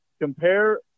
compare